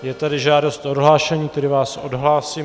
Je tady žádost o odhlášení, tedy vás odhlásím.